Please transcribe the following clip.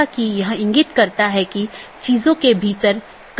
इसलिए आज हम BGP प्रोटोकॉल की मूल विशेषताओं पर चर्चा करेंगे